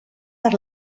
per